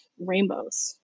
rainbows